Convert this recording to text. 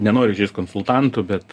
nenoriu įžeist konsultantų bet